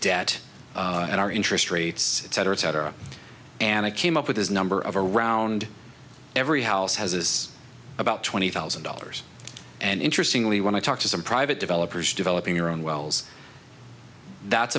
debt and our interest rates etc etc and i came up with his number of around every house has is about twenty thousand dollars and interestingly when i talk to some private developers developing your own wells that's